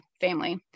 family